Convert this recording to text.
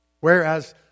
Whereas